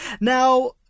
Now